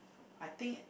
I think